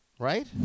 Right